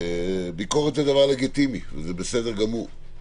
ביקורת זה דבר לגיטימי וזה בסדר גמור,